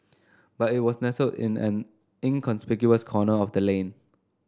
but it was nestled in an inconspicuous corner of the lane